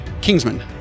Kingsman